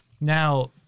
Now